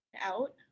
out